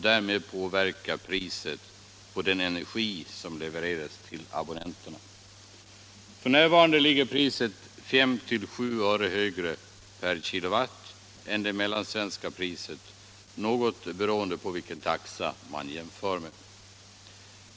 Därmed påverkas priset på den energi som levereras till abonnenterna. I dag ligger priset 5-7 öre högre per kilowattimme än det mellansvenska priset, något beroende på vilken taxa man jämför med.